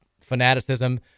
fanaticism